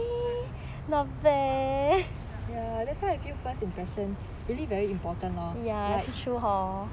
that's why I feel first impression really very important lor like